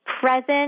present